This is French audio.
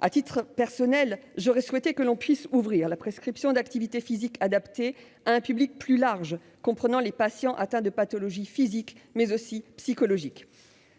À titre personnel, j'aurais souhaité que l'on puisse ouvrir la prescription d'activité physique adaptée à un public plus large, comprenant les patients atteints de pathologies physiques, mais aussi psychologiques.